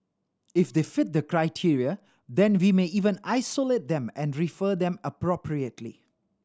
if they fit the criteria then we may even isolate them and refer them appropriately